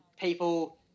people